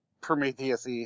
Prometheus